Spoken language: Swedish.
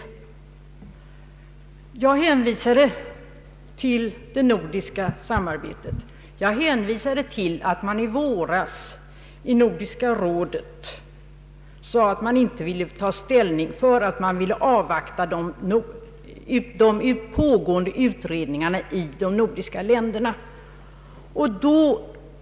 I mitt inlägg hänvisade jag till det nordiska samarbetet, till att man i våras i Nordiska rådet inte ville ta ställning därför att man ville avvakta de pågående utredningarna i de nordiska länderna.